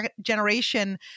generation